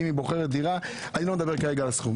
אני לא מדבר כרגע על סכום.